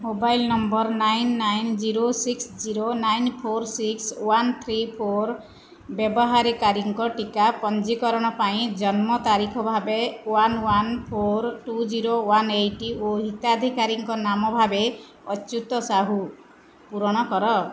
mobile number nine nine zero six zero nine four six one three four ବ୍ୟବହାରୀକାରୀଙ୍କ ଟୀକା ପଞ୍ଜୀକରଣ ପାଇଁ ଜନ୍ମ ତାରିଖ ଭାବେ one one four two zero one eight ଓ ହିତାଧିକାରୀ ନାମ ଭାବେ ଅଚ୍ୟୁତ ସାହୁ ପୂରଣ କର